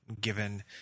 Given